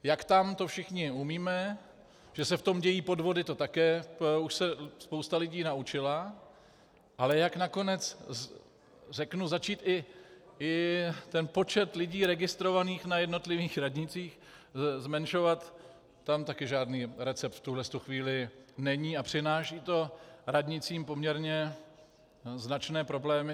Jak tam, to všichni umíme, že se v tom dějí podvody, to také už se spousta lidí naučila, ale jak nakonec začít i ten počet lidí registrovaných na jednotlivých radnicích zmenšovat, tam také žádný recept v tuhle chvíli není a přináší to radnicím poměrně značné problémy.